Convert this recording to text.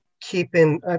keeping